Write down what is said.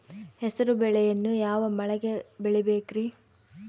ಹೆಸರುಬೇಳೆಯನ್ನು ಯಾವ ಮಳೆಗೆ ಬೆಳಿಬೇಕ್ರಿ?